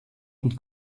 und